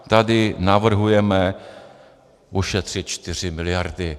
Tady navrhujeme ušetřit 4 mld.